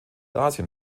asien